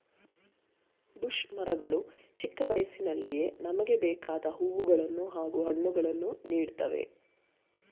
bush ಮರಗಳು ಚಿಕ್ಕ ವಯಸ್ಸಿನಲ್ಲಿಯೇ ನಮ್ಗೆ ಬೇಕಾದ್ ಹೂವುಗಳನ್ನು ಹಾಗೂ ಹಣ್ಣುಗಳನ್ನು ನೀಡ್ತವೆ